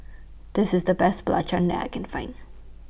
This IS The Best Belacan that I Can Find